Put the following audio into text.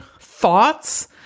thoughts